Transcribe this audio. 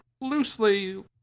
loosely